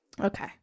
Okay